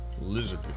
Lizard